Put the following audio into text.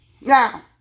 Now